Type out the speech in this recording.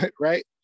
right